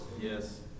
Yes